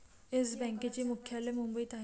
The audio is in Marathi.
येस बँकेचे मुख्यालय मुंबईत आहे